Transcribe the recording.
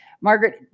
Margaret